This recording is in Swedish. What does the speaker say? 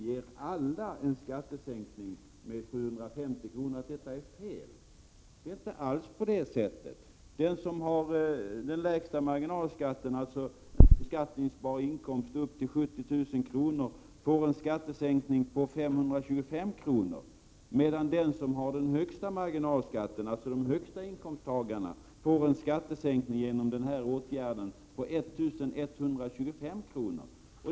ger alla en skattesänkning med 750 kr. Det är inte alls på det sättet. Den som har den lägsta marginalskatten, på en beskattningsbar inkomst om upp till 70 000 kr., får en sänkning på 525 kr., medan de som har högsta marginalskatten, de högsta inkomsttagarna, får en sänkning på 1 125 kr.